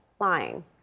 lying